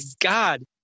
God